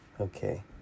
Okay